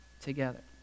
together